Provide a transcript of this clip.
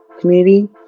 community